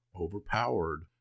overpowered